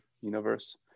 universe